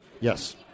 Yes